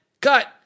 cut